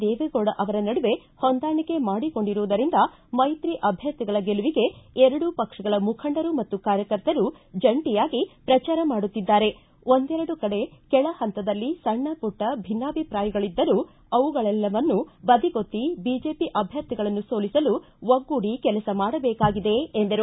ದೇವೆಗೌಡ ಅವರ ನಡುವೆ ಹೊಂದಾಣಿಕೆ ಮಾಡಿಕೊಂಡಿರುವುದರಿಂದ ಮೈತ್ರಿ ಅಭ್ಯರ್ಥಿಗಳ ಗೆಲುವಿಗೆ ಎರಡೂ ಪಕ್ಷಗಳ ಮುಖಂಡರು ಮತ್ತು ಕಾರ್ಯಕರ್ತರು ಜಂಟಿಯಾಗಿ ಪ್ರಚಾರ ಮಾಡುತ್ತಿದ್ದಾರೆ ಒಂದೆರೆಡು ಕಡೆ ಕೆಳ ಹಂತದಲ್ಲಿ ಸಣ್ಣಪುಟ್ಟ ಭಿನ್ನಾಭಿಪ್ರಾಯಗಳಿದ್ದರೂ ಅವುಗಳನ್ನೆಲ್ಲಾ ಬದಿಗೊತ್ತಿ ಬಿಜೆಪಿ ಅಭ್ವರ್ಥಿಗಳನ್ನು ಸೋಲಿಸಲು ಒಗ್ಗೂಡಿ ಕೆಲಸ ಮಾಡಬೇಕಾಗಿದೆ ಎಂದರು